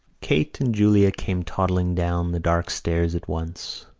kate and julia came toddling down the dark stairs at once.